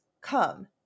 come